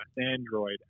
Android